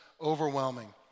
overwhelming